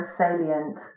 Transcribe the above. salient